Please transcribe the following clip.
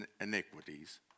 iniquities